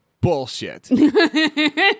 bullshit